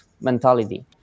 mentality